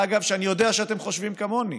אגב, שאני יודע שאתם חושבים כמוני,